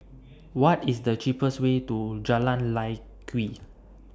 What IS The cheapest Way to Jalan Lye Kwee